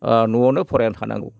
न'आवनो फरायना थानांगौ